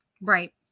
right